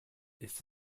ist